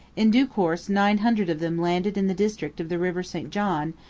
in due course nine hundred of them landed in the district of the river st john,